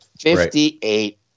Fifty-eight